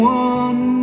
one